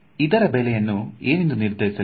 ಇದರ ಬೆಲೆಯನ್ನು ಏನೆಂದು ನಿರ್ಧರಿಸಲಿ